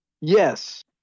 Yes